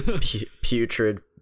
Putrid